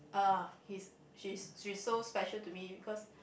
uh he's she's she's so special to me because